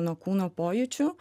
nuo kūno pojūčių